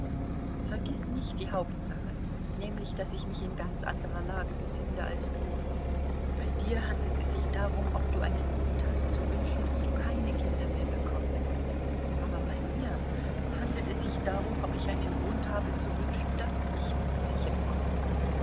vergiß nicht die hauptsache nämlich daß ich mich in ganz anderer lage befinde als du bei dir handelt es sich darum ob du einen grund hast zu wünschen daß du keine kinder mehr bekommst aber bei mir handelt es sich darum ob ich einen grund habe zu wünschen daß ich noch welche bekomme